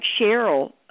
Cheryl